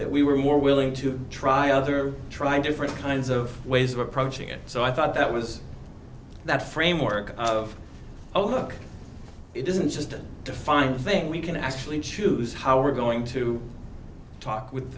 that we were more willing to try other trying different kinds of ways of approaching it so i thought that was that framework of oh look it isn't just a defined thing we can actually choose how we're going to talk with